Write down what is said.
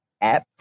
app